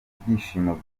ibyishimo